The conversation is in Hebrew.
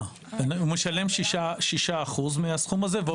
הוא משלם כ-6% מהסכום הזה.